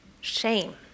shame